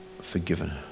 forgiven